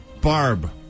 Barb